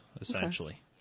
essentially